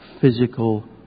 physical